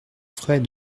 frais